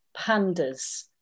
pandas